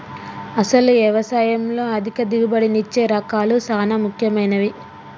అసలు యవసాయంలో అధిక దిగుబడినిచ్చే రకాలు సాన ముఖ్యమైనవి